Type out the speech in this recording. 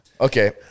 Okay